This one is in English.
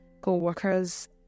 co-workers